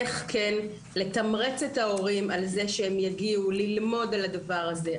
איך כן לתמרץ את ההורים על זה שהם יגיעו ללמוד על הדבר הזה,